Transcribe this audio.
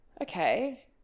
okay